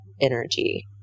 energy